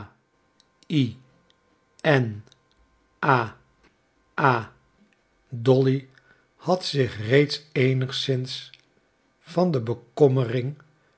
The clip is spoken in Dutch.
i n a a dolly had zich reeds eenigszins van de